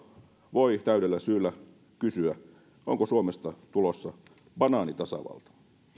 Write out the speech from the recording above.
voi täydellä syyllä kysyä onko suomesta tulossa banaanitasavalta